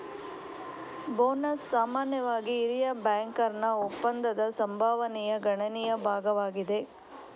bonus ಸಾಮಾನ್ಯವಾಗಿ ಹಿರಿಯ ಬ್ಯಾಂಕರ್ನ ಒಪ್ಪಂದದ ಸಂಭಾವನೆಯ ಗಣನೀಯ ಭಾಗವಾಗಿದೆ